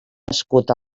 escut